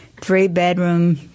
three-bedroom